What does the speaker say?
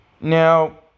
Now